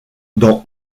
dans